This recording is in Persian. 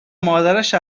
مادرش